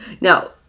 now